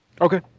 Okay